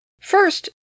First